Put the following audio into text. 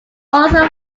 also